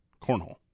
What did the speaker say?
cornhole